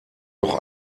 doch